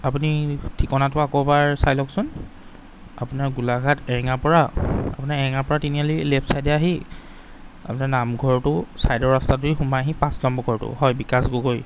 আপুনি ঠিকনাটো আকৌ এবাৰ চাই লওকচোন আপোনাৰ গোলাঘাট এঙাৰপৰা আপোনাৰ এঙাৰপৰা তিনিআলিৰ লেফ্ট ছাইডে আহি আপোনাৰ নামঘৰটো ছাইডৰ ৰাস্তাটোৱেদি সোমাই আহি পাঁচ নম্বৰ ঘৰটো হয় বিকাশ গগৈ